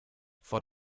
vor